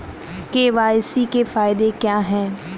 KYC के फायदे क्या है?